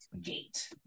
gate